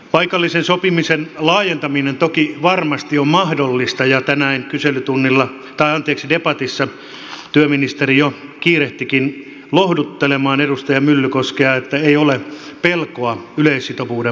paikallisen sopimisen laajentaminen toki varmasti on mahdollista ja tänään debatissa työministeri jo kiirehtikin lohduttelemaan edustaja myllykoskea että ei ole pelkoa yleissitovuuden poistamisesta